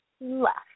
left